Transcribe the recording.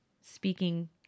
speaking